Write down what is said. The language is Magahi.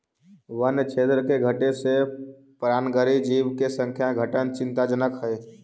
वन्य क्षेत्र के घटे से परागणकारी जीव के संख्या घटना चिंताजनक हइ